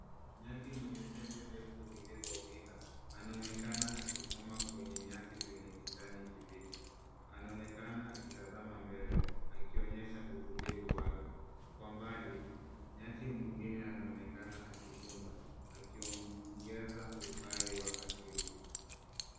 Nyati mwenye pembe ndefu zilizo pinda . Anaonekana akisimama kwenye nyasi zenye kijani kibichi. Anaonekana akitazama mbele akionyesha utulivu wake. Kwa mbali nyati mwingine anaonekana akichunga, akiongeza uhai wa asili.